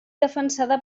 defensada